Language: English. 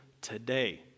today